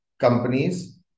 companies